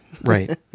Right